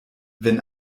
wenn